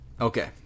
Okay